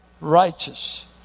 righteous